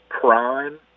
prime